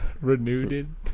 Renewed